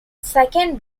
second